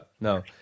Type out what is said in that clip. No